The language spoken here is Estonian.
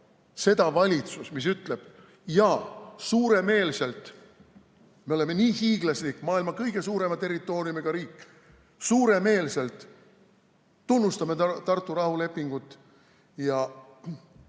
seda valitsust, mis ütleb, et, jaa, me oleme nii hiiglaslik, maailma kõige suurema territooriumiga riik, ja suuremeelselt tunnustame Tartu rahulepingut ja